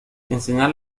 enseñar